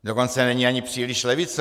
Dokonce není ani příliš levicová.